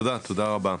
תודה רבה.